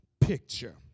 picture